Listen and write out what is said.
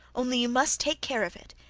only you must take care of it.